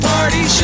Party